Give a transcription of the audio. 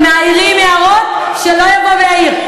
שמעירים הערות, שלא יבוא ויעיר.